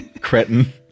cretin